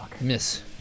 miss